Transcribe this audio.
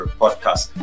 podcast